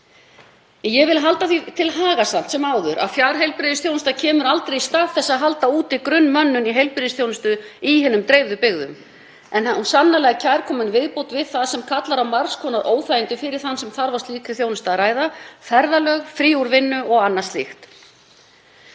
áður halda því til haga að fjarheilbrigðisþjónusta kemur aldrei í stað þess að halda úti grunnmönnun í heilbrigðisþjónustu í hinum dreifðu byggðum en hún er sannarlega kærkomin viðbót við það sem kallar á margs konar óþægindi fyrir þann sem þarf á slíkri þjónustu að halda, ferðalög, frí úr vinnu og annað slíkt.